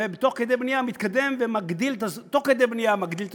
ותוך כדי בנייה מגדיל את הזכויות,